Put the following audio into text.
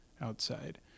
outside